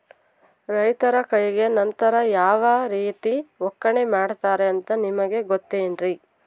ರೈತರ ಕೈಗೆ ನಂತರ ಯಾವ ರೇತಿ ಒಕ್ಕಣೆ ಮಾಡ್ತಾರೆ ಅಂತ ನಿಮಗೆ ಗೊತ್ತೇನ್ರಿ?